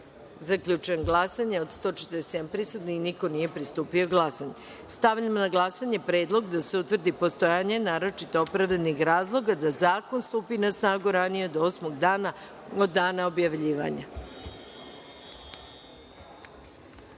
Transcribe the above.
amandman. Zaključujem glasanje i konstatujem da niko nije pristupio glasanju. Stavljam na glasanje predlog da se utvrdi postojanje naročito opravdanih razloga da zakon stupi na snagu ranije od osmog dana od dana objavljivanja. Zaključujem